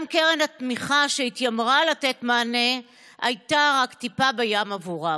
גם קרן התמיכה שהתיימרה לתת מענה הייתה רק טיפה בים בעבורם.